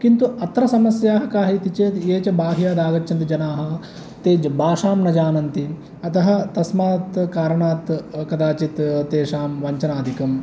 किन्तु अत्र समस्याः काः इति चेत् ये च बाह्यादागच्छन्ति जनाः ते भाषां न जानन्ति अतः तस्मात् कारणात् कदाचित् तेषां वञ्चनादिकम्